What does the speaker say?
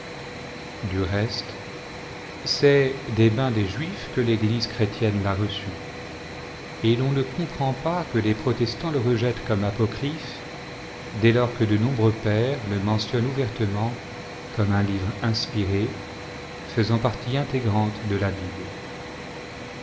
du reste c'est des mains des juifs que l'eglise chrétienne l'a reçu et l'on ne comprend pas que les protestants le rejettent comme apocryphe dès lors que de nombreux pères le mentionnent ouvertement comme un livre inspiré faisant partie intégrante de la bible